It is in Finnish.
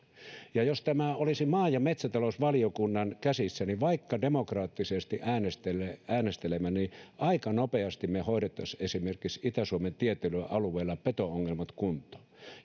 jos tämä olisi maa ja metsätalousvaliokunnan käsissä niin vaikka demokraattisesti äänestäisimme niin aika nopeasti me hoitaisimme esimerkiksi itä suomen tietyillä alueilla peto ongelmat kuntoon